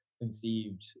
conceived